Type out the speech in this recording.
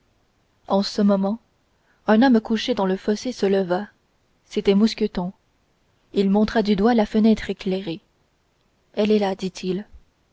en ce moment un homme couché dans le fossé se leva c'était mousqueton il montra du doigt la fenêtre éclairée elle est là dit-il